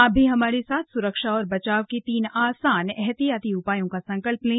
आप भी हमारे साथ स्रक्षा और बचाव के तीन आसान एहतियाती उपायों का संकल्प लें